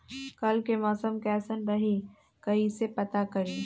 कल के मौसम कैसन रही कई से पता करी?